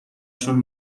شون